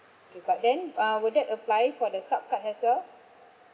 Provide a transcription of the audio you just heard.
okay but then uh would that apply for the sup card as well